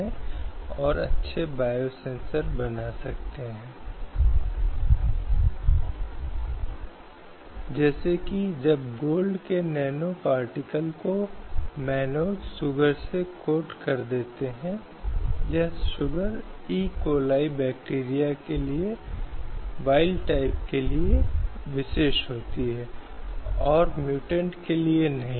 तो इसलिए इस मुद्दे को कानून की अदालत में महिला द्वारा चुनौती दी गई थी कि यह कैसे संभव है कि एक निश्चित नौकरी में जैसे कि एक मेकअप कलाकार यह केवल पुरुष हैं जिन्हें उस नौकरी को लेने की अनुमति है और महिलाओं को नहीं